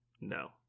no